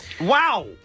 Wow